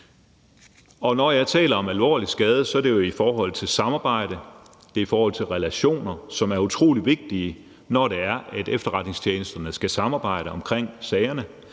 Når jeg taler om alvorlig skade, er det jo i forhold til samarbejde, i forhold til relationer, som er utrolig vigtige, når efterretningstjenesterne skal samarbejde om sagerne.